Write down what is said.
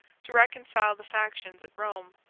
to reconcile the factions at rome.